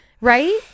right